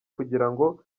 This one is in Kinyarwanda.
kugirango